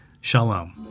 Shalom